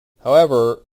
however